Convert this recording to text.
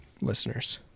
Listeners